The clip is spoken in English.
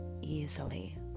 easily